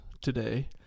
today